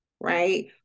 right